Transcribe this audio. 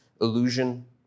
Illusion